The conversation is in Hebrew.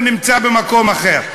הוא נמצא במקום אחר.